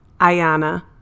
ayana